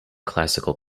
classical